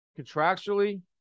Contractually